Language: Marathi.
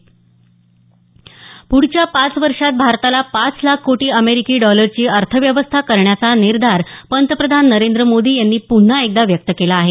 प्ढच्या पाच वर्षात भारताला पाच लाख कोटी अमेरिकी डॉलरची अर्थव्यवस्था करण्याचा निर्धार पंतप्रधान नरेंद्र मोदी यांनी पुन्हा एकदा व्यक्त केला आहे